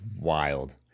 wild